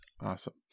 Awesome